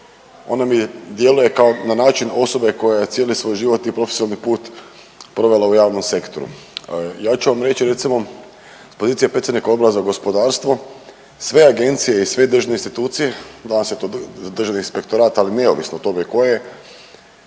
ona mi djeluje kao na način osobe koja je cijeli svoj život i profesionalni put provela u javnom sektoru. Ja ću vam reći recimo s pozicije predsjednika Odbora za gospodarstvo sve agencije i sve državne institucije, danas je to Državni inspektorat, ali neovisno o tome tko je